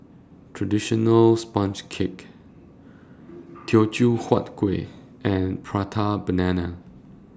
Traditional Sponge Cake Teochew Huat Kuih and Prata Banana